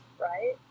Right